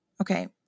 Okay